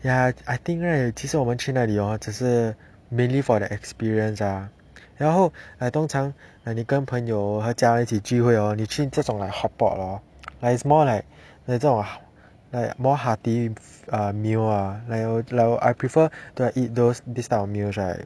ya I think right 其实我们去那里 hor 只是 mainly for the experience ah 然后 like 通常你跟朋友和家人一起聚会 hor 你去这种 like hotpot ah like it's more like like more hearty uh meal ah I prefer to eat those this type of meals right